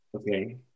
Okay